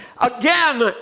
again